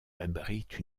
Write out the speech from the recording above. abrite